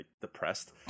depressed